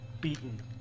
beaten